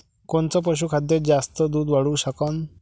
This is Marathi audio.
कोनचं पशुखाद्य जास्त दुध वाढवू शकन?